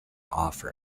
offer